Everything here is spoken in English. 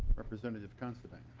representative considine